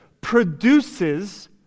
produces